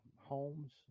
homes